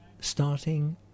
starting